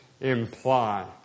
imply